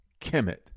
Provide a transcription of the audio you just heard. Kemet